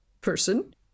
person